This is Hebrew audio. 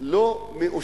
באום-אל-פחם לא מאושר.